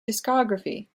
discography